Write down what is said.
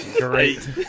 Great